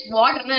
water